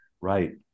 Right